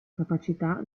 capacità